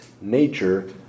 nature